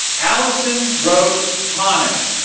allison rose honet